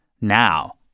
Now